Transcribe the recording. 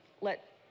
let